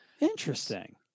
Interesting